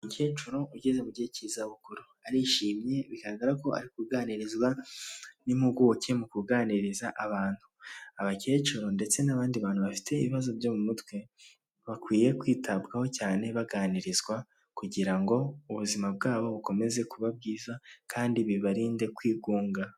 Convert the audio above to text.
Umukecuru ugeze mu gihe cy'izabukuru, arishimye bigaragara ko ari kuganirizwa n'impuguke mu kuganiriza abantu, abakecuru ndetse n'abandi bantu bafite ibibazo byo mu mutwe bakwiye kwitabwaho cyane baganirizwa, kugira ngo ubuzima bwabo bukomeze kuba bwiza kandi bibarinde kwigunga.